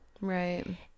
Right